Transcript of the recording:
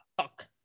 fuck